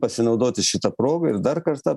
pasinaudoti šita proga ir dar kartą